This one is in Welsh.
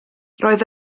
roedd